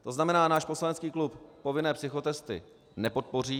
To znamená, náš poslanecký klub povinné psychotesty nepodpoří.